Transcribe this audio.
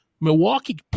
Milwaukee